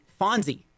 Fonzie